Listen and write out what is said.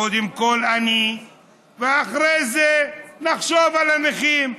קודם כול אני ואחרי זה נחשוב על הנכים,